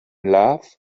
love